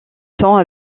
temps